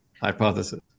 hypothesis